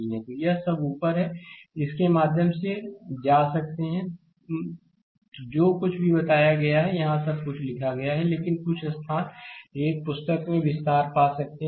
slide समय देखें 0512 तो यह सब ऊपर है इसके माध्यम से जा सकते हैं जो कुछ भी बताया है यहां सब कुछ लिखा गया है लेकिन कुछ स्थान एक पुस्तक में विस्तार पा सकते हैं